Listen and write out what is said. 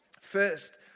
First